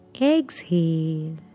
Exhale